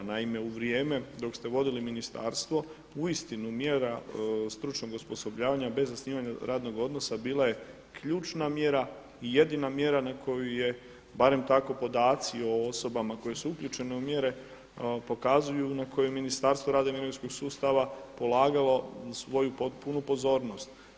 Naime u vrijeme dok ste vodili ministarstvo uistinu mjera stručnog osposobljavanja bez zasnivanja radnog odnosa bila je ključna mjera i jedina mjera na koju je, barem tako podaci o osobama koje su uključene u mjere pokazuju na koje Ministarstvo rada i mirovinskog sustava polagalo svoju potpunu pozornost.